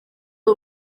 uwo